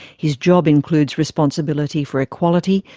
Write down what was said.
his job includes responsibility for equality,